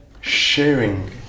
sharing